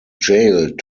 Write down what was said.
jailed